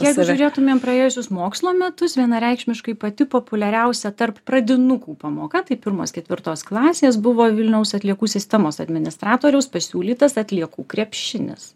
jeigu žiūrėtumėm praėjusius mokslo metus vienareikšmiškai pati populiariausia tarp pradinukų pamoka tai pirmos ketvirtos klasės buvo vilniaus atliekų sistemos administratoriaus pasiūlytas atliekų krepšinis